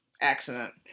accident